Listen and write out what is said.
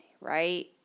right